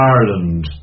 Ireland